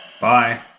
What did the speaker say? Bye